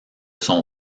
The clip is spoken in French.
son